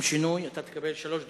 לשם שינוי אתה תקבל שלוש דקות.